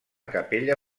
capella